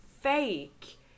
fake